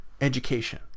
Education